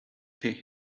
the